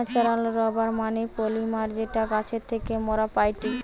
natural rubber মানে polymer যেটা গাছের থেকে মোরা পাইটি